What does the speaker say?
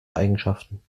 eigenschaften